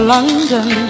London